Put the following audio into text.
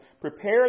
prepare